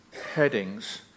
headings